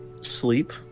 sleep